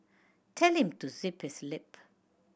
tell him to zip his lip